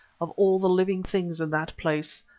of all the living things in that place,